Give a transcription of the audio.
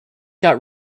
got